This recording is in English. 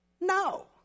No